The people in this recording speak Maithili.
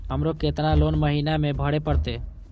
हमरो केतना लोन महीना में भरे परतें?